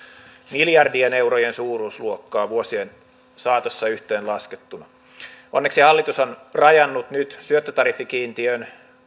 miljardien eurojen suuruusluokkaa vuosien saatossa yhteenlaskettuna onneksi hallitus on rajannut nyt syöttötariffikiintiön